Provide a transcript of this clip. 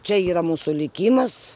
čia yra mūsų likimas